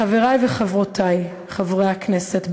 חברי וחברותי חברי הכנסת,